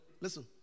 listen